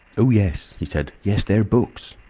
oh, yes, he said. yes, they're books.